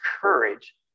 courage